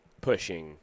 pushing